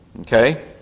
okay